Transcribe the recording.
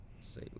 say